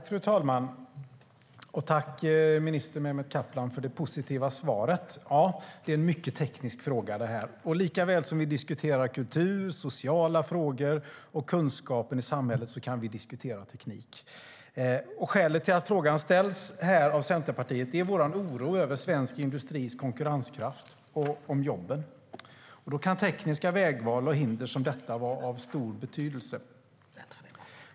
Fru talman! Jag tackar minister Mehmet Kaplan för det positiva svaret. Detta är som sagt en mycket teknisk fråga. Likaväl som vi diskuterar kultur, sociala frågor och kunskapen i samhället kan vi diskutera teknik. Skälet till att frågan ställs av Centerpartiet är vår oro över svensk industris konkurrenskraft och om jobben. Tekniska vägval och hinder som detta kan vara av stor betydelse.